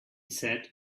sat